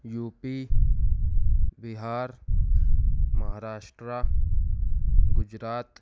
you P Bihar Maharashtra Gujarat